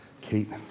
Kate